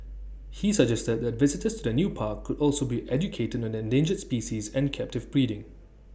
he suggested that visitors to the new park could also be educated on endangered species and captive breeding